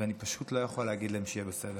ואני פשוט לא יכול להגיד להם שיהיה בסדר.